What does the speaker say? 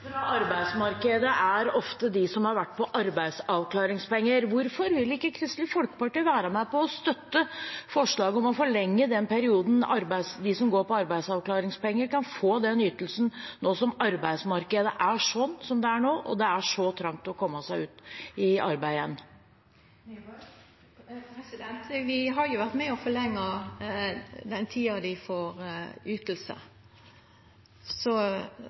arbeidsmarkedet, er ofte de som har vært på arbeidsavklaringspenger. Hvorfor vil ikke Kristelig Folkeparti være med på å støtte forslaget om å forlenge den perioden de som går på arbeidsavklaringspenger, kan få den ytelsen, nå som arbeidsmarkedet er sånn som det er, og det er så trangt for å komme seg ut i arbeid igjen? Vi har jo vore med på å forlenge den tida dei får ytingar, så